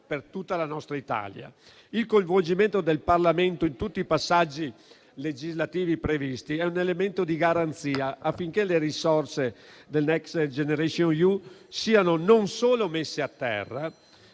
per tutta la nostra Italia. Il coinvolgimento del Parlamento in tutti i passaggi legislativi previsti è un elemento di garanzia affinché le risorse del Next generation EU siano non solo messe a terra